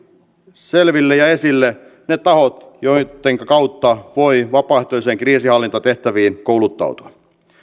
selville ja esille ne tahot joittenka kautta voi vapaaehtoisiin kriisinhallintatehtäviin kouluttautua